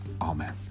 Amen